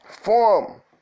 form